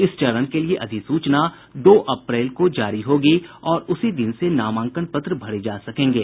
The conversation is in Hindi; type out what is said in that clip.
इस चरण के लिए अधिसूचना दो अप्रैल को जारी होगी और उसी दिन से नामांकन पत्र भरे जा सकेंगे